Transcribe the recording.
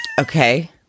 Okay